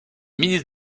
ministre